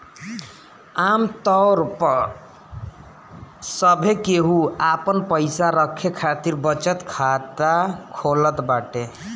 आमतौर पअ सभे केहू आपन पईसा रखे खातिर बचत खाता खोलत बाटे